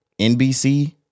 NBC